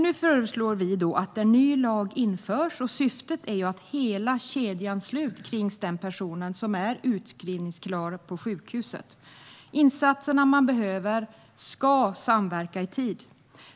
Nu föreslår vi att en ny lag införs. Syftet är att hela kedjan ska slutas kring den person som är utskrivningsklar på sjukhuset. Insatserna man behöver ska samverka i tid.